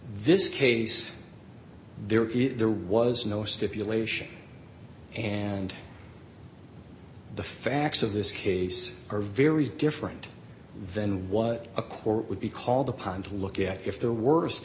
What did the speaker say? this case there is there was no stipulation and the facts of this case are very different than what a court would be called upon to look at if their worst